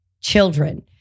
children